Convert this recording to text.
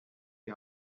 die